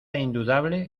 indudable